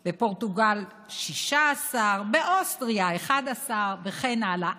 בפורטוגל, 16, באוסטריה, 11, וכן הלאה.